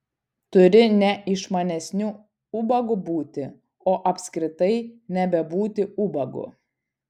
turi ne išmanesniu ubagu būti o apskritai nebebūti ubagu